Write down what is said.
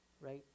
right